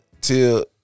till